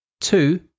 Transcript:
two